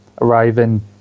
arriving